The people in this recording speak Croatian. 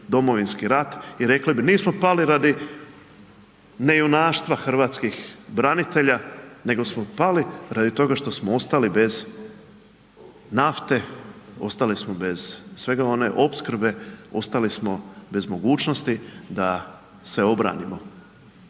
Domovinski rat i rekli bi nismo pali radi ne junaštva Hrvatskih branitelja, nego smo pali radi toga što smo ostali bez nafte, ostali smo bez svega one opskrbe, ostali smo bez mogućnosti da se obranimo.